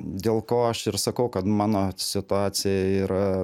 dėl ko aš ir sakau kad mano situacija yra